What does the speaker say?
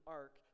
ark